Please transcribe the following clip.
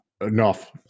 Enough